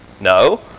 No